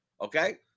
okay